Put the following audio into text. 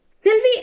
Sylvie